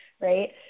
Right